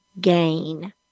gain